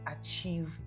achieve